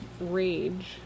rage